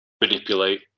manipulate